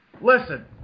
Listen